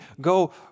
go